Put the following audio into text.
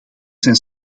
zijn